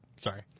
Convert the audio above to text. Sorry